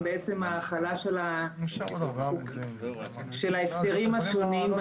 הם בעצם ההחלה של ההסדרים השונים.